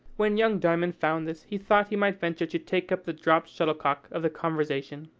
when young diamond found this, he thought he might venture to take up the dropt shuttlecock of the conversation.